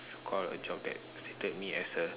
call a job that suited me as a